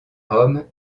roms